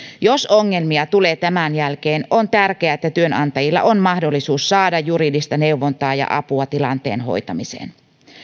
jos ongelmia tulee tämän jälkeen on tärkeää että työnantajilla on mahdollisuus saada juridista neuvontaa ja apua tilanteen hoitamiseen